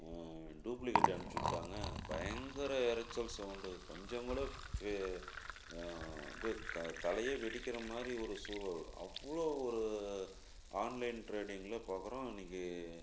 duplicate அனுப்பிச்சு விட்டாங்க பயங்கர இரச்சல் சௌண்டு கொஞ்சம் கூட ஃபே அப்படியே க தலையே வெடிக்கிற மாதிரி ஒரு சூழல் அவ்வளோ ஒரு ஆன்லைன் ட்ரேடிங்கிலே பார்க்கறோம் இன்னைக்கு